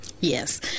Yes